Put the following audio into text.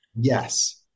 Yes